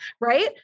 Right